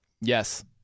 Yes